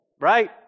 right